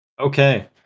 Okay